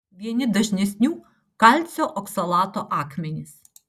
vieni dažnesnių kalcio oksalato akmenys